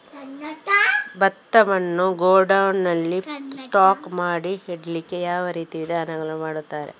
ಭತ್ತವನ್ನು ಗೋಡೌನ್ ನಲ್ಲಿ ಸ್ಟಾಕ್ ಮಾಡಿ ಇಡ್ಲಿಕ್ಕೆ ಯಾವ ರೀತಿಯ ವಿಧಾನಗಳನ್ನು ಮಾಡ್ತಾರೆ?